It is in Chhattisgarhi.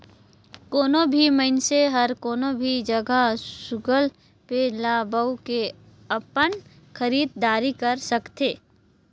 कोनो भी मइनसे हर कोनो भी जघा गुगल पे ल बउ के अपन खरीद दारी कर सकथे